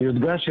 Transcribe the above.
שלוש דרגות זה